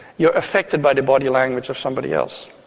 you are affected by the body language of somebody else,